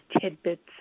tidbits